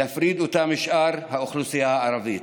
להפריד אותה משאר האוכלוסייה הערבית.